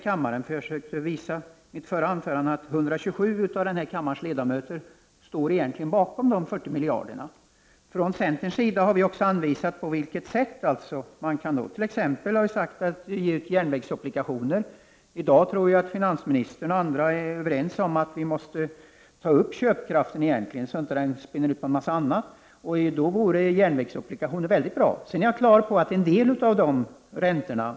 Jag försökte i mitt tidigare anförande visa att 127 av kammarens ledamöter egentligen ställer sig bakom förslaget om de 40 miljarderna. Från centerns sida har vi också anvisat på vilket sätt man kan genomföra detta. Vi har t.ex. lagt fram ett förslag om järnvägsobligationer. Jag tror att finansministern och andra i dag är överens om att vi måste ”ta upp” köpkraften, så att den inte försvinner på en massa annat. I det sammanhanget vore järnvägsobligationer mycket bra. Jag är på det klara med att staten måste stå för en del av räntorna.